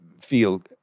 feel